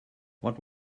what